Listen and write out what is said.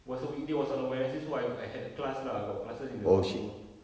was a weekday was on a wednesday so I go~ I got a class lah I got classes in the afternoon